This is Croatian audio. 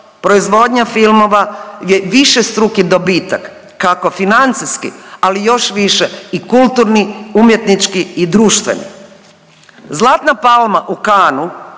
proizvodnja filmova je višestruki dobitak kako financijski ali još više i kulturni, umjetnički i društveni. Zlatna palma u Cannesu